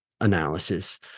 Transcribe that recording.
analysis